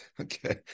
Okay